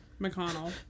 McConnell